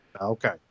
Okay